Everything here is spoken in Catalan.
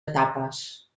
etapes